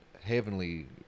heavenly